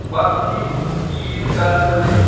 بھکتی گیٖت کر پلے